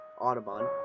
Audubon